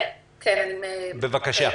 בבקשה.